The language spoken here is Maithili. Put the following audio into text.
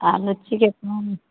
आओर लुच्चीके कम